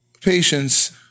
patients